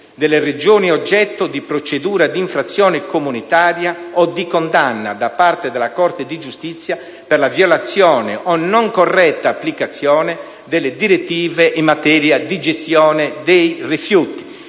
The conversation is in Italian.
delle Regioni oggetto di procedura di infrazione comunitaria o di condanna da parte della Corte di giustizia per violazione o non corretta applicazione delle direttive in materia di gestione dei rifiuti,